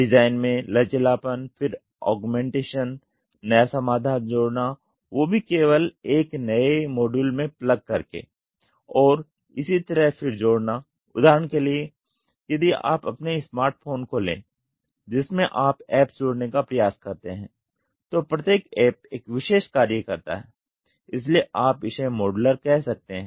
design में लचीलापन फिर ऑगमेंटशन नया समाधान जोड़ना वो भी केवल एक नए मॉड्यूल में प्लग करके और इसी तरह फिर जोड़ना उदाहरण के लिए यदि आप अपने स्मार्ट फोन को ले जिसमें आप ऐप्स जोड़ने का प्रयास करते हैं तो प्रत्येक ऐप एक विशेष कार्य करता है इसलिए आप इसे मॉड्यूलर कह सकते हैं